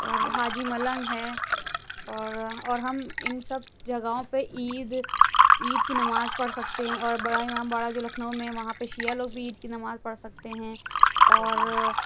اور حاجی ملنگ ہے اور اور ہم اِن سب جگہوں پہ عید عید کی نماز پڑھ سكتے ہیں اور بڑا اِمامباڑہ جو لكھنؤ میں ہے وہاں پہ شیعہ لوگ بھی عید کی نماز پڑھ سکتے ہیں اور